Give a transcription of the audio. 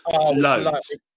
Loads